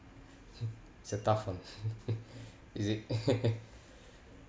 is a tough one is it